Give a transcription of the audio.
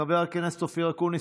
חבר הכנסת אופיר אקוניס.